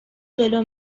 جلو